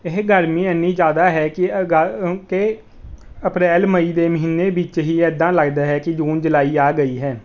ਇਹ ਗਰਮੀ ਇੰਨੀ ਜ਼ਿਆਦਾ ਹੈ ਕਿ ਅਗ ਕਿ ਅਪ੍ਰੈਲ ਮਈ ਦੇ ਮਹੀਨੇ ਵਿੱਚ ਹੀ ਇੱਦਾਂ ਲੱਗਦਾ ਹੈ ਕਿ ਜੂਨ ਜੁਲਾਈ ਆ ਗਈ ਹੈ